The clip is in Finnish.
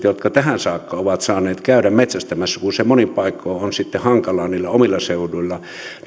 jotka tähän saakka ovat saaneet käydä metsästämässä kun se monin paikoin on sitten hankalaa niillä omilla seuduilla